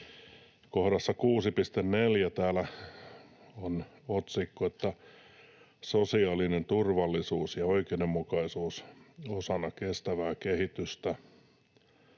Kohdassa 6.4 täällä on otsikko ”Sosiaalinen turvallisuus ja oikeudenmukaisuus osana kestävää kehitystä”.